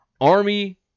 Army